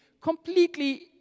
Completely